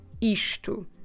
Isto